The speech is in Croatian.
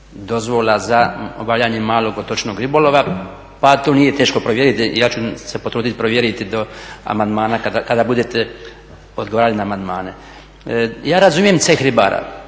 dozvola za obavljanje malog otočnog ribolova pa to nije teško provjeriti, ja ću se potruditi provjeriti do amandmana kada budete odgovarali na amandmane. Ja razumijem Ceh ribara